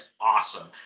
Awesome